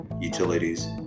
utilities